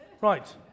Right